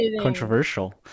Controversial